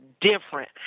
different